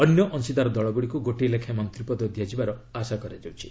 ଅନ୍ୟ ଅଂଶୀଦାର ଦଳଗୁଡ଼ିକୁ ଗୋଟିଏ ଲେଖାଏଁ ମନ୍ତ୍ରୀପଦ ଦିଆଯିବାର ଆଶା କରାଯାଉଛି